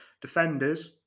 defenders